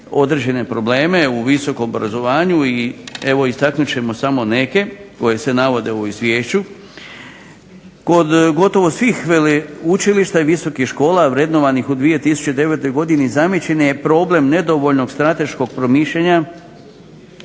određene probleme u visokom obrazovanju i evo istaknut ćemo samo neke koji se navode u ovom izvješću. Kod gotovo svih veleučilišta i visokih škola vrednovanih u 2009. godini zamijećen je problem nedovoljnog strateškog promišljanja